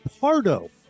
Pardo